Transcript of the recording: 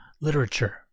literature